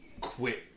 quit